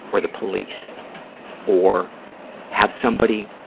or the police or have somebody,